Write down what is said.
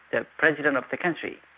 the president of the country.